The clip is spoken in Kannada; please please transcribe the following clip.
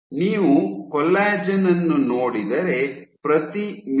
ನೀವು ಕೊಲ್ಲಾಜೆನ್ ಅನ್ನು ನೋಡಿದರೆ ಪ್ರತಿ ಮಿ